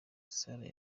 sarah